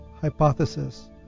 hypothesis